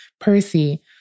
Percy